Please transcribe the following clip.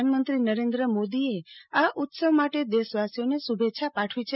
પ્રધાનમંત્રી નરેન્દ્ર મોદીએ આ ઉત્સવ માટે દેશવાસીઓને શુભેચ્છા પાઠવી છે